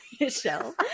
Michelle